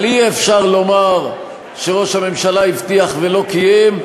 אבל אי-אפשר לומר שראש הממשלה הבטיח ולא קיים,